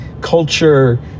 culture